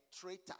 traitor